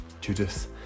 Judith